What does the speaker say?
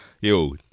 yo